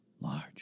large